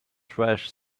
trash